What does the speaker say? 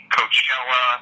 Coachella